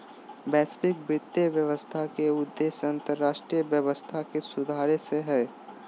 वैश्विक वित्तीय व्यवस्था के उद्देश्य अन्तर्राष्ट्रीय व्यवस्था के सुधारे से हय